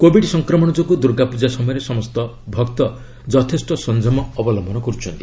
Covid ସଂକ୍ରମଣ ଯୋଗୁଁ ଦୁର୍ଗାପ୍ତଜା ସମୟରେ ସମସ୍ତ ଭକ୍ତ ଯଥେଷ୍ଟ ସଂଯମ ଅବଲମ୍ବନ କରୁଛନ୍ତି